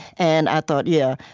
and i thought, yeah,